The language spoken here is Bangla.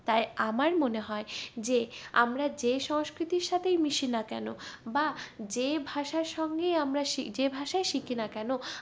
তাই আমার মনে হয় যে আমরা যেই সংস্কৃতির সাথেই মিশি না কেন বা যেই ভাষার সঙ্গেই আমরা শি যে ভাষাই শিখি না কেন